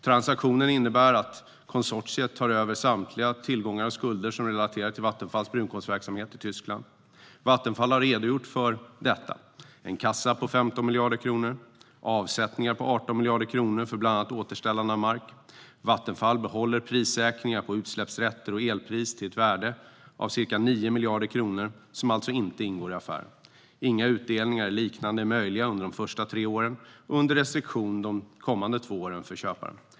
Transaktionen innebär att konsortiet tar över samtliga tillgångar och skulder som relaterar till Vattenfalls brunkolsverksamhet i Tyskland. Vattenfall har redogjort för detta. Det är en kassa på 15 miljarder kronor och avsättningar på 18 miljarder kronor för bland annat återställande av mark. Vattenfall behåller prissäkringar på utsläppsrätter och elpris till ett värde av ca 9 miljarder kronor, som alltså inte ingår i affären. Inga utdelningar eller liknande är möjliga under de tre första åren och under restriktion de kommande två åren för köparen.